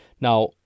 Now